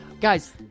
Guys